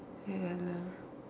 ya lah